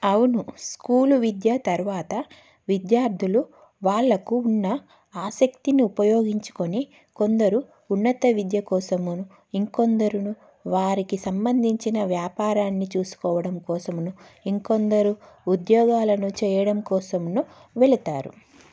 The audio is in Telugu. అవును స్కూలు విద్య తరువాత విద్యార్దులు వాళ్ళకు ఉన్న ఆసక్తిని ఉపయోగించుకొని కొందరు ఉన్నత విద్య కోసమును ఇంకొందరును వారికి సంబంధించిన వ్యాపారాన్ని చూసుకోవడం కోసమును ఇంకొందరు ఉద్యోగాలను చేయడం కోసమును వెళతారు